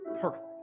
Perfect